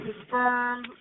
confirm